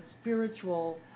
spiritual